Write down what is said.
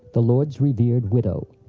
the lord's revered widow,